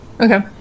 Okay